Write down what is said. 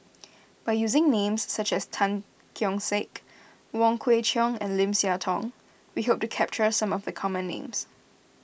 by using names such as Tan Keong Saik Wong Kwei Cheong and Lim Siah Tong we hope to capture some of the common names